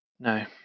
No